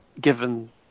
given